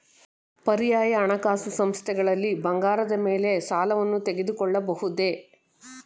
ಪರ್ಯಾಯ ಹಣಕಾಸು ಸಂಸ್ಥೆಗಳಲ್ಲಿ ಬಂಗಾರದ ಮೇಲೆ ಸಾಲವನ್ನು ತೆಗೆದುಕೊಳ್ಳಬಹುದೇ?